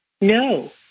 No